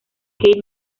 keith